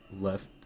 left